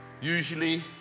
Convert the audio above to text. Usually